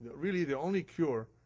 really the only cure,